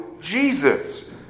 Jesus